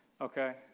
Okay